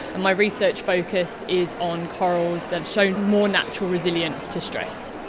and my research focus is on corals that show more natural resilience to stress.